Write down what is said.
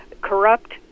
corrupt